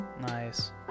Nice